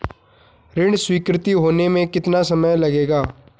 ऋण स्वीकृति होने में कितना समय लगेगा?